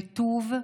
בטוב,